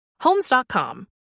Homes.com